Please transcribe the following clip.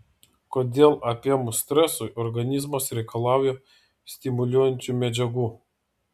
kodėl apėmus stresui organizmas reikalauja stimuliuojančių medžiagų